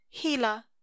gila